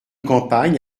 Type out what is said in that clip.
campagne